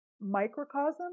microcosm